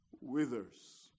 withers